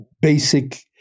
basic